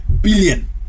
billion